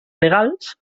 legals